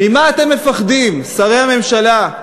ממה אתם מפחדים, שרי הממשלה?